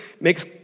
makes